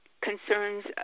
concerns